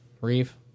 Reeve